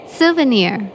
Souvenir